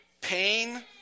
pain